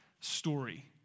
story